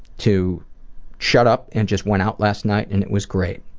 to shut up and just went out last night and it was great.